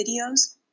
videos